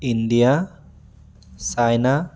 India China